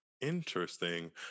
Interesting